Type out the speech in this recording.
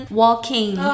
walking